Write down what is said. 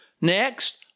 Next